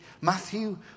Matthew